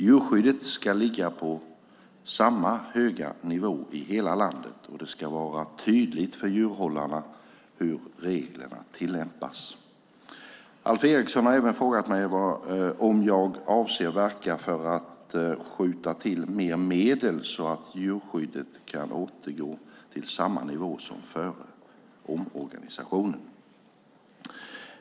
Djurskyddet ska ligga på samma höga nivå i hela landet och det ska vara tydligt för djurhållarna hur reglerna tillämpas. Alf Eriksson har även frågat mig om jag avser att verka för att skjuta till mer medel så att djurskyddet kan återgå till samma nivå som före omorganisationen.